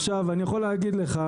אני יכול להגיד לך,